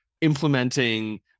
Implementing